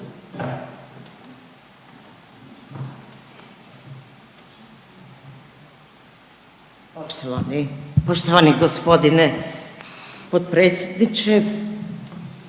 poštovani g. potpredsjedniče,